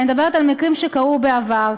אני מדברת על מקרים שקרו בעבר.